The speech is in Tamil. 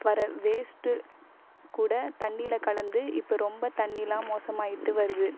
வர வேஸ்ட்டு கூட தண்ணியில் கலந்து இப்போ ரொம்ப தண்ணியெலாம் மோசமாகிட்டு வருது